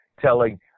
telling